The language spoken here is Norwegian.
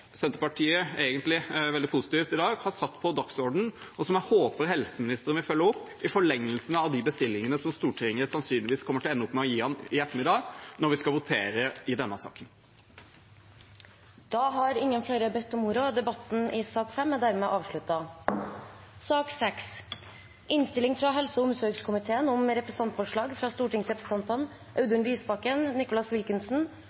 Senterpartiet, egentlig veldig positivt, i dag har satt på dagsordenen, og som jeg håper helseministeren vil følge opp i forlengelsen av de bestillingene som Stortinget sannsynligvis kommer til å ende opp med å gi i ettermiddag, når vi skal votere i denne saken. Flere har ikke bedt om ordet til sak nr. 5. Etter ønske fra helse- og omsorgskomiteen vil presidenten ordne debatten